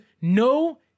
no